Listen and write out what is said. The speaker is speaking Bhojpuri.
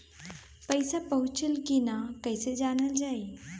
पैसा पहुचल की न कैसे जानल जाइ?